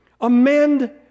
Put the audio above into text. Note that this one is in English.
amend